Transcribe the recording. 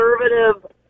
conservative